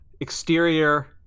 exterior